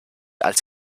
als